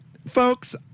Folks